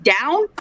down